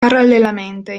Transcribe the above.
parallelamente